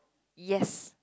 yes